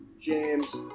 James